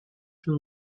from